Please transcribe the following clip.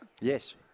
yes